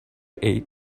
eight